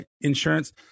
insurance